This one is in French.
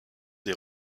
des